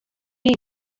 will